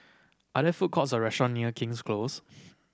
are there food courts or restaurant near King's Close